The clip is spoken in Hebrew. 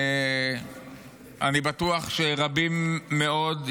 אני בטוח שרבים מאוד,